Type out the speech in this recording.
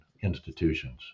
institutions